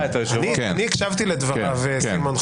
אני הקשבתי לדבריו, סימון.